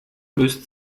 müsst